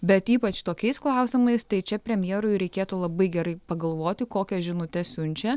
bet ypač tokiais klausimais tai čia premjerui reikėtų labai gerai pagalvoti kokias žinutes siunčia